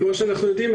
כמו שאנחנו יודעים,